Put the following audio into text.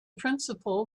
principle